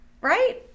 Right